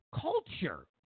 culture